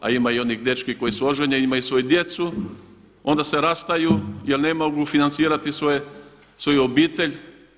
A ima i onih dečki koji su oženjeni, imaju svoju djecu, onda se rastaju jer ne mogu financirati svoju obitelj.